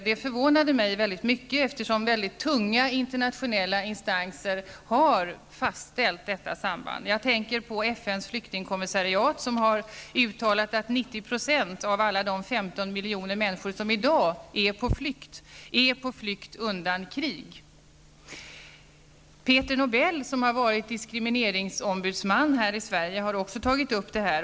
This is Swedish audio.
Det förvånade mig mycket, eftersom mycket tunga internationella instanser har fastställt detta samband. Jag tänker på FNs flyktingkommissariat som har uttalat att 90 % av alla de 15 miljoner människor som i dag är på flykt är på flykt undan krig. Peter Nobel, som har varit diskrimineringsombudsman här i Sverige, har också tagit upp detta.